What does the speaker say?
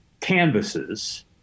canvases